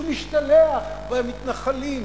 שמשתלח במתנחלים,